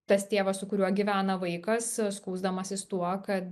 tas tėvas su kuriuo gyvena vaikas skųsdamasis tuo kad